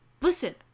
listen